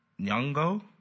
Nyong'o